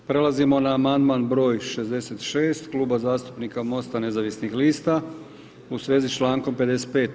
Prelazimo na amandman br. 66, Kluba zastupnika MOST-a nezavisnih lista u svezi s člankom 55.